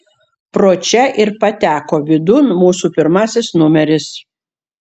pro čia ir pateko vidun mūsų pirmasis numeris